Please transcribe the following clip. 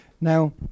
Now